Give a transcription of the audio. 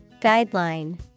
Guideline